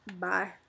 Bye